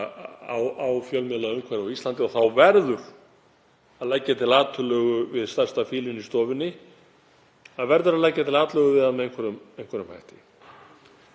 á fjölmiðlaumhverfi á Íslandi verður að leggja til atlögu við stærsta fílinn í stofunni. Það verður að leggja til atlögu við hann með einhverjum hætti.